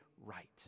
right